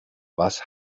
was